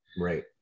right